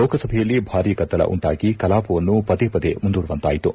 ಲೋಕಸಭೆಯಲ್ಲಿ ಭಾರೀ ಗದ್ದಲ ಉಂಟಾಗಿ ಕಲಾಪವನ್ನು ಪದೆ ಮುಂದೂಡುವಂತಾಯಿತು